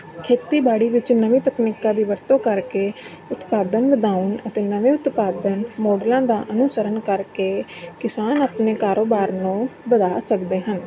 ਖੇਤੀਬਾੜੀ ਵਿੱਚ ਨਵੀਂ ਤਕਨੀਕਾਂ ਦੀ ਵਰਤੋਂ ਕਰਕੇ ਉਤਪਾਦਨ ਵਧਾਉਣ ਅਤੇ ਨਵੇਂ ਉਤਪਾਦਨ ਮੋਡਲਾਂ ਦਾ ਅਨੁਸਰਨ ਕਰਕੇ ਕਿਸਾਨ ਆਪਣੇ ਕਾਰੋਬਾਰ ਨੂੰ ਵਧਾ ਸਕਦੇ ਹਨ